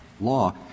law